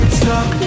stop